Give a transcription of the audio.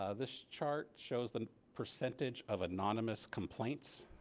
ah this chart shows the percentage of anonymous complaints.